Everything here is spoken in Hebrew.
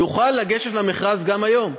יוכל לגשת למכרז גם היום.